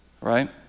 Right